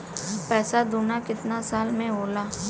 पैसा दूना कितना साल मे होला?